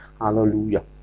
Hallelujah